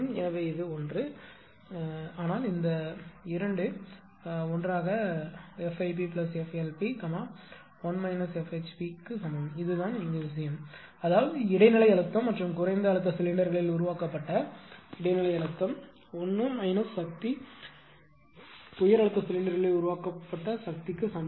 எனவே இது 1 ஆனால் இந்த 2 ஒன்றாக F IPF LP 1 F HP க்கு சமம் இதுதான் விஷயம் அதாவது இடைநிலை அழுத்தம் மற்றும் குறைந்த அழுத்த சிலிண்டர்களில் உருவாக்கப்பட்ட இடைநிலை அழுத்தம் 1 மைனஸு சக்தி உயர் அழுத்த சிலிண்டரில் உருவாக்கப்பட்ட சக்தி க்கு சமம்